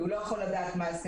הסכם שהוא לא יכול לדעת מה תוכנו.